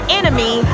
enemy